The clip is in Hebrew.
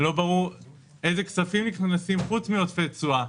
לא ברור איזה כספים נכנסים חוץ מעודפי תשואה.